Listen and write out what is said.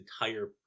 entire